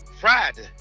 Friday